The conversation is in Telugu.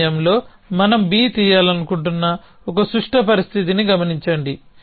ఈ సమయంలో మనం B తీయాలనుకుంటున్న ఒక సుష్ట పరిస్థితిని గమనించండి